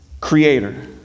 creator